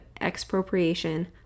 expropriation